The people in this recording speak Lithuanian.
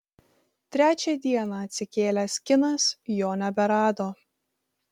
trečią dieną atsikėlęs kinas jo neberado